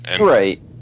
Right